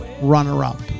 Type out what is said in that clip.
Runner-up